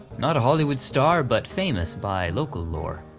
not a hollywood star but famous by local lore.